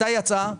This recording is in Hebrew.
מתי יצאה?